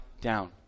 down